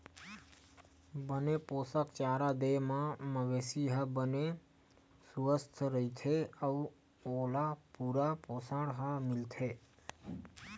बने पोसक चारा दे म मवेशी ह बने सुवस्थ रहिथे अउ ओला पूरा पोसण ह मिलथे